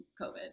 COVID